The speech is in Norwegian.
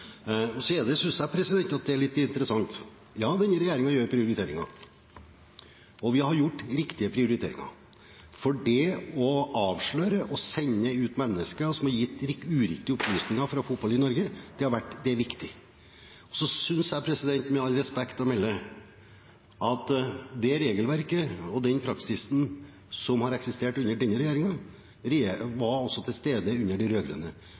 Jeg synes det er litt interessant: Ja, denne regjeringen gjør prioriteringer, og vi har gjort riktige prioriteringer, for det å avsløre og sende ut mennesker som har gitt uriktige opplysninger for å få opphold i Norge, er viktig. Med all respekt å melde – det regelverket og den praksisen som har eksistert under denne regjeringen, var også til stede under den rød-grønne. Jeg hørte ikke SV ta opp denne problemstillingen overhodet gjennom de